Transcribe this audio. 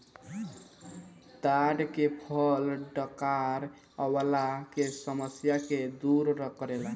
ताड़ के फल डकार अवला के समस्या के दूर करेला